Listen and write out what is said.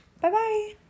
Bye-bye